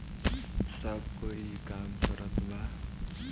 सब कोई ई काम करत बा